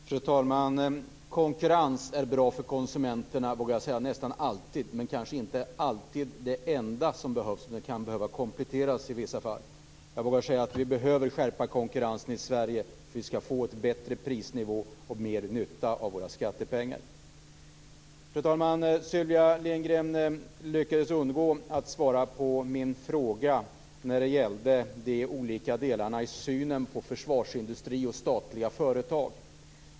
Fru talman! Konkurrens är, vågar jag säga, nästan alltid bra för konsumenterna men kanske inte alltid det enda som behövs. Det kan behövas kompletteringar i vissa fall. Jag vågar säga att vi behöver skärpa konkurrensen i Sverige för att få en bättre prisnivå och mer nytta av våra skattepengar. Sylvia Lindgren lyckades undgå att svara på min fråga när det gäller de olika delarna i synen på försvarsindustri och statliga företag.